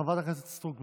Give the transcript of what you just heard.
חברת הכנסת סטרוק,